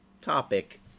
topic